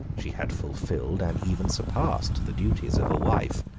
she had fulfilled and even surpassed the duties of a wife.